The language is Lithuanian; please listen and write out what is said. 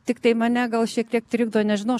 tiktai mane gal šiek tiek trikdo nežinau